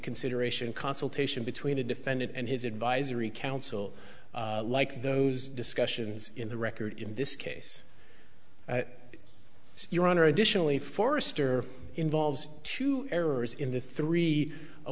consideration consultation between the defendant and his advisory council like those discussions in the record in this case your honor additionally forrester involves two errors in the three